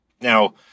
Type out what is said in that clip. Now